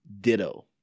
Ditto